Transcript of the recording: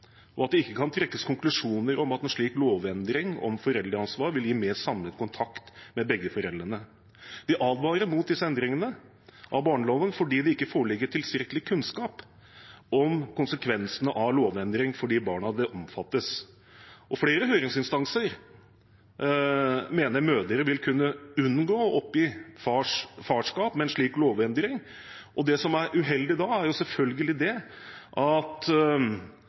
og at det ikke kan trekkes konklusjoner om at en slik lovendring om foreldreansvar vil gi mer samlet kontakt med begge foreldrene. De advarer mot disse endringene i barneloven fordi det ikke foreligger tilstrekkelig kunnskap om konsekvensene av lovendringene for de barna det omfatter. Flere høringsinstanser mener mødre vil kunne unngå å oppgi farskap med en slik lovendring. Det som er uheldig da, er selvfølgelig at endringen dermed vil kunne føre til at